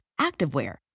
activewear